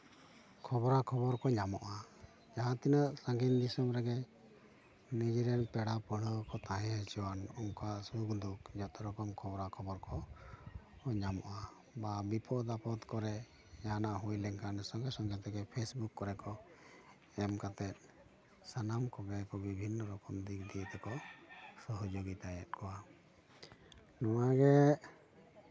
ᱠᱷᱚᱵᱨᱟ ᱠᱷᱚᱵᱚᱨ ᱠᱚ ᱧᱟᱢᱚᱜᱼᱟ ᱡᱟᱦᱟᱸ ᱛᱤᱱᱟᱹᱜ ᱥᱟᱺᱜᱤᱧ ᱨᱮᱜᱮ ᱱᱤᱡᱮᱨᱮᱱ ᱯᱮᱲᱟ ᱯᱟᱹᱲᱦᱟᱹ ᱠᱚ ᱛᱟᱦᱮᱸ ᱦᱚᱪᱚᱣᱟᱱ ᱚᱱᱠᱟ ᱥᱩᱠ ᱫᱩᱠ ᱡᱚᱛᱚ ᱨᱚᱠᱚᱢ ᱠᱷᱚᱵᱨᱟ ᱠᱷᱚᱵᱚᱨ ᱠᱚ ᱧᱟᱢᱚᱜᱼᱟ ᱵᱟ ᱵᱤᱯᱚᱫ ᱟᱯᱚᱫ ᱠᱚᱨᱮ ᱡᱟᱦᱟᱱᱟᱜ ᱦᱩᱭ ᱞᱮᱱᱠᱷᱟᱱ ᱥᱚᱝᱜᱮ ᱥᱚᱝᱜᱮ ᱛᱮᱜᱮ ᱯᱷᱮᱥᱵᱩᱠ ᱠᱚᱨᱮ ᱠᱚ ᱮᱢ ᱠᱟᱛᱮᱜ ᱥᱟᱱᱟᱢ ᱠᱚᱜᱮ ᱵᱤᱵᱷᱤᱱᱱᱚ ᱨᱚᱠᱚᱢ ᱫᱤᱠ ᱫᱤᱭᱮ ᱛᱮᱠᱚ ᱥᱚᱦᱚᱡᱳᱜᱤᱛᱟᱭᱮᱜ ᱠᱚᱣᱟ ᱱᱚᱣᱟᱜᱮ